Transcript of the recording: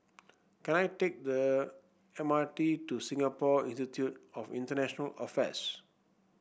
can I take the M R T to Singapore Institute of International Affairs